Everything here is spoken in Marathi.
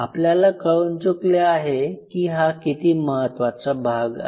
आपल्याला कळून चुकले आहे की हा किती महत्त्वाचा भाग आहे